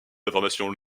informations